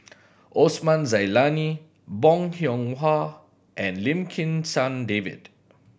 Osman Zailani Bong Hiong Hwa and Lim Kim San David